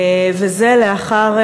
וזה לאחר,